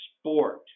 sport